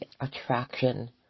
attraction